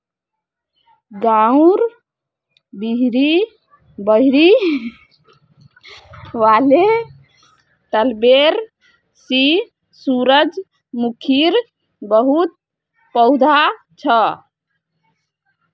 गांउर बहिरी वाले तलबेर ली सूरजमुखीर बहुत पौधा छ